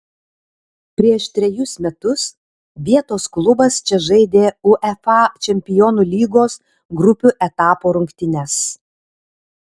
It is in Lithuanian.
prieš trejus metus vietos klubas čia žaidė uefa čempionų lygos grupių etapo rungtynes